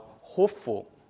hopeful